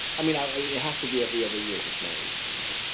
i mean i mean, it has to be every other year is my, you know,